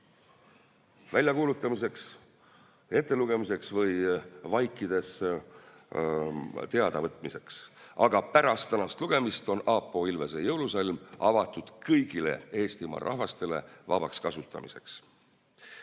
väljakuulutamiseks, ettelugemiseks või vaikides teadavõtmiseks. Aga pärast tänast lugemist on Aapo Ilvese jõulusalm avatud kõigile Eestimaa rahvastele vabaks kasutamiseks.